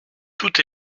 tout